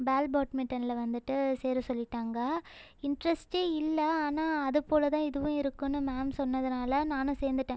பால் பேட்மிட்டனில் வந்துட்டு சேர சொல்லிவிட்டாங்க இன்ட்ரெஸ்ட்டே இல்லை ஆனால் அதை போல் தான் இதுவும் இருக்கும்னு மேம் சொன்னதனால் நானும் சேர்ந்துட்டன்